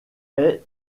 est